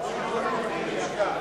פשוט גונבים את הלשכה.